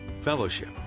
fellowship